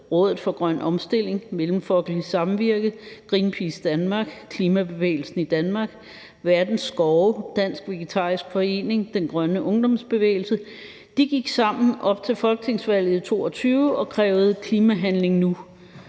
Rådet for Grøn Omstilling, Mellemfolkeligt Samvirke, Greenpeace Danmark, Klimabevægelsen i Danmark, Verdens Skove, Dansk Vegetarisk Forening og Den Grønne Ungdomsbevægelse – op til folketingsvalget i 2022 gik sammen og krævede klimahandling nu